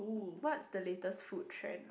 what's the latest food trend